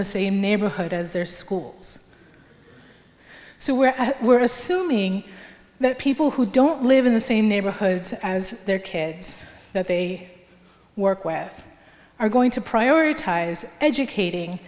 the same neighborhood as their schools so we're we're assuming that people who don't live in the same neighborhoods as their kids that they work with are going to prioritize educating